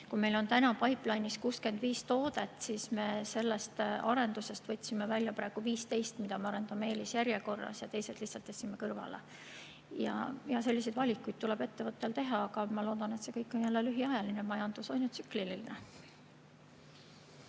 Kui meil on praegupipeline'is 65 toodet, siis me sellest arendusest võtsime välja 15 toodet, mida me arendame eelisjärjekorras. Teised lihtsalt tõstsime kõrvale. Selliseid valikuid tuleb ettevõttel teha, aga ma loodan, et see kõik on lühiajaline. Majandus on ju tsükliline.